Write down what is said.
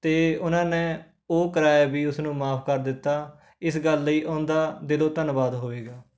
ਅਤੇ ਉਨ੍ਹਾਂ ਨੇ ਉਹ ਕਿਰਾਇਆ ਵੀ ਉਸ ਨੂੰ ਮਾਫ ਕਰ ਦਿੱਤਾ ਇਸ ਗੱਲ ਲਈ ਉਨ੍ਹਾਂ ਦਾ ਦਿਲੋਂ ਧੰਨਵਾਦ ਹੋਵੇਗਾ